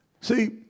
see